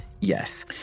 Yes